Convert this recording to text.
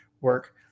work